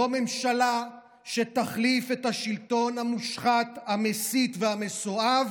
זו ממשלה שתחליף את השלטון המושחת, המסית והמסואב